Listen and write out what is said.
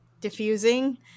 diffusing